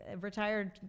retired